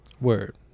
Word